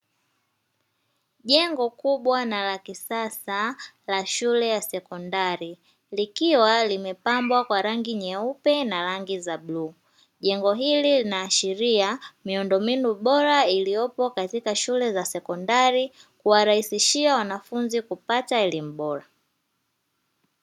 Jengo kubwa na la kisasa la shule ya sekondari likiwa limepambwa kwa rangi nyeupe na rangi za bluu, jengo hili linaashiria miundombinu bora iliyopo katika shule za sekondari kuwarahisishia wanafunzi kupata elimu bora.